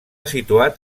situat